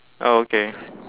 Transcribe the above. oh okay